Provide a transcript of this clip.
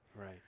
Right